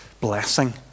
blessing